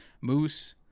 Moose